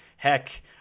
Heck